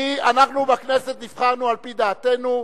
אנחנו בכנסת נבחרנו על-פי דעתנו.